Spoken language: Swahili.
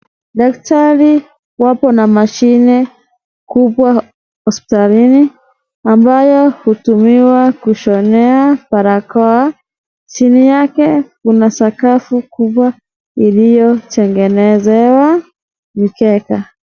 Daktari wapo na mashine kubwa hospitalini ambayo hutumiwa kushonea barakoa , chini yake kuna sakafu kubwa iliyotengenezewa mkeka.